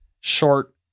short